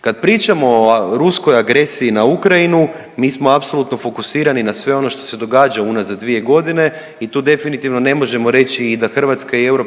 Kad pričamo o ruskoj agresiji na Ukrajinu, mi smo apsolutno fokusirani na sve ono što se događa unazad dvije godine i tu definitivno ne možemo reći i da Hrvatska i EU